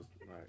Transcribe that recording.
right